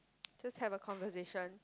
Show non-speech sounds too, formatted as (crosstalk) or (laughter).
(noise) just have a conversation